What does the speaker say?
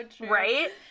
right